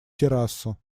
террасу